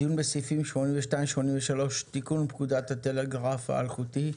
דיון בסעיפים 82, 83 תיקון פקודת הטלגרף האלחוטי.